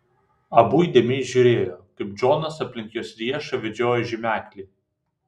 abu įdėmiai žiūrėjo kaip džonas aplink jos riešą vedžioja žymeklį